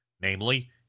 namely